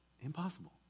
impossible